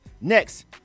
next